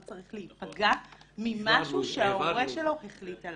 לא צריך להיפגע ממשהו שההורה שלו החליט עליו,